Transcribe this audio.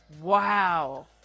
Wow